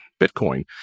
Bitcoin